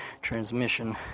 transmission